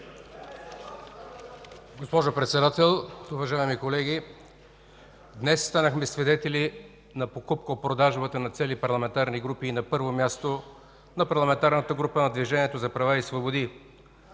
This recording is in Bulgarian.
Госпожо Председател, уважаеми колеги! Днес станахме свидетели на покупко-продажбата на цели парламентарни групи и на първо място на Парламентарната група на Движението за права и свободи.